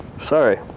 Sorry